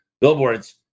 billboards